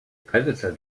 predator